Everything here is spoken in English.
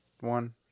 one